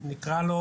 נקרא לו,